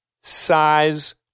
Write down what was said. size